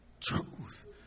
Truth